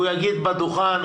והוא יגיד בדוכן,